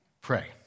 pray